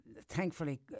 thankfully